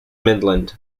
midland